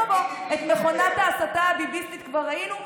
בוא, בוא, את מכונת ההסתה הביביסטית כבר ראינו.